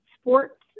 sports